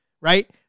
Right